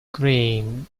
grain